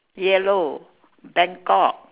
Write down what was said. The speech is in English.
yellow bangkok